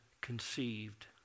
conceived